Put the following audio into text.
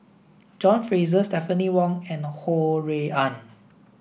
John Fraser Stephanie Wong and Ho Rui An